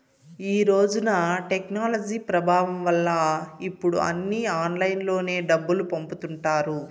ఈ రోజున టెక్నాలజీ ప్రభావం వల్ల ఇప్పుడు అన్నీ ఆన్లైన్లోనే డబ్బులు పంపుతుంటారు